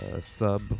sub